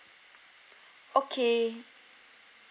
okay